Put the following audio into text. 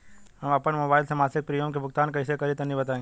हम आपन मोबाइल से मासिक प्रीमियम के भुगतान कइसे करि तनि बताई?